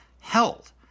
held